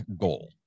goal